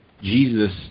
Jesus